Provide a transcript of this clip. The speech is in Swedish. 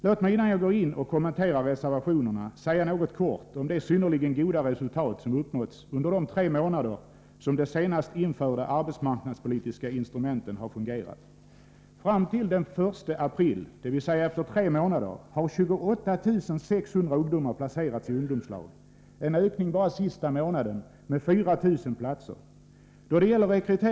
Låt mig innan jag går in och kommenterar reservationerna säga något kort om de synnerligen goda resultat som uppnåtts under de tre månader som de senast införda arbetsmarknadspolitiska instrumenten har fungerat. Fram till den 1 april, alltså efter tre månader, har 28 600 ungdomar placerats i ungdomslag, en ökning sista månaden med 4 000 platser.